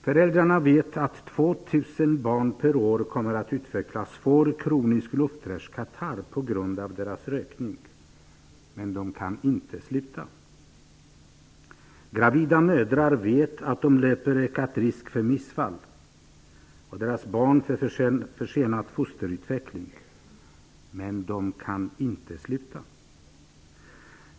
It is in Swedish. Föräldrarna vet att 2 000 barn per år kommer att utveckla svår kronisk luftrörskatarr på grund av deras rökning, men de kan inte sluta. Gravida mödrar vet att de löper ökad risk för missfall och deras barn för försenad fosterutveckling, men de kan inte sluta.